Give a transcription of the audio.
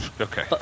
okay